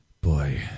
Boy